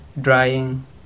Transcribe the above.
drying